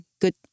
Good